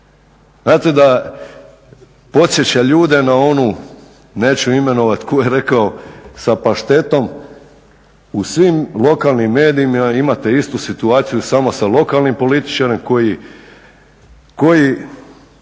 Znate da podsjeća ljude na onu, neću imenovat tko je rekao sa paštetom, u svim lokalnim medijima imate istu situaciju samo sa lokalnim političarom koji